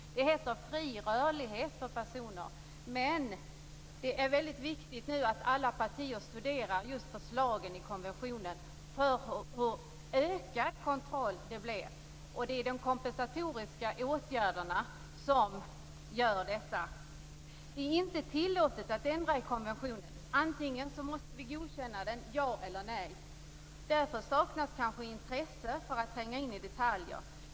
Det kallas för fri rörlighet för personer. Men det är väldigt viktigt att alla partier nu studerar förslagen i konventionen för att se hur ökad kontrollen blir. Det är de kompensatoriska åtgärderna som gör detta. Det är inte tillåtet att ändra i konventionen. Antingen måste vi godkänna den - ja eller nej. Därför saknas kanske intresse för att tränga in i detaljer.